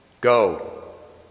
go